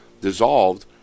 dissolved